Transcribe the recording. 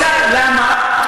למה?